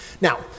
Now